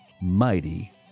mighty